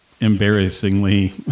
embarrassingly